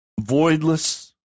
voidless